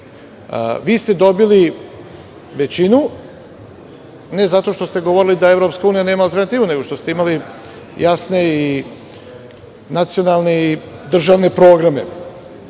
Vi ste dobili većinu, ne zato što ste govorili da EU nema alternativu nego što ste imali jasne i nacionalne, državne programe. Zato